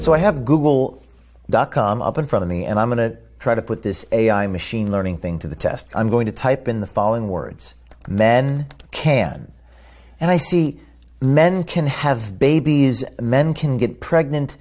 so i have google dot com up in front of me and i'm going to try to put this ai machine learning thing to the test i'm going to type in the following words and then i can and i see men can have babies men can get pregnant